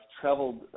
traveled